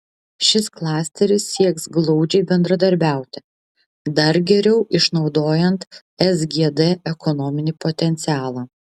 šis klasteris sieks glaudžiai bendradarbiauti dar geriau išnaudojant sgd ekonominį potencialą